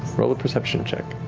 roll a perception check.